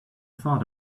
thought